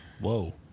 Whoa